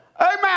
Amen